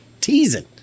Teasing